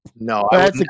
No